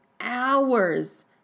hours